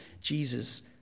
Jesus